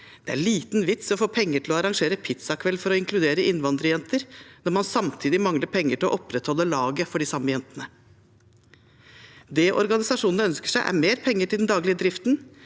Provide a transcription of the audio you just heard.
det er liten vits i å få penger til å arrangere pizzakveld for å inkludere innvandrerjenter, når man samtidig mangler penger til å opprettholde laget for de samme jentene. Det organisasjonene ønsker seg, er mer penger til den daglige driften,